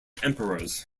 emperors